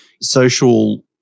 social